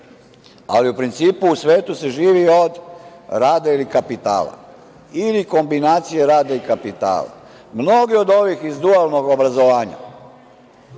ali u principu, u svetu se živi od rada ili kapitala ili kombinacije rada i kapitala. Mnogi od ovih iz dualnog obrazovanja,